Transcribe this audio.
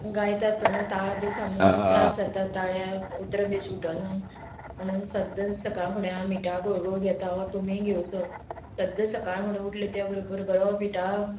गायता आसतना ताळो बी सामको त्रास जाता ताळ्यांत उतरां बी सुटना म्हणून सद्दां सकाळ फुडें हांव मिठा गोळगोळ घेता हो तुमी घेवचो सद्दां सकाळ फुडें उठलें त्या बरोबर बरो मिठा